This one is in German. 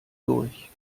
durch